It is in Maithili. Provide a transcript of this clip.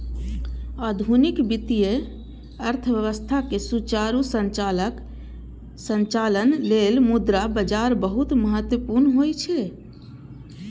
आधुनिक वित्तीय अर्थव्यवस्था के सुचारू संचालन लेल मुद्रा बाजार बहुत महत्वपूर्ण होइ छै